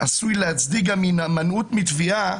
עשוי להצדיק גם הימנעות מתביעה